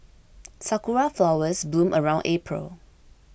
sakura flowers bloom around April